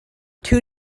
two